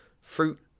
fruit